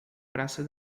praça